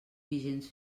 vigents